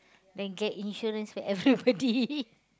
then get insurance for everybody